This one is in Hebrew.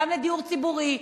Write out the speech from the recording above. גם לדיור ציבורי,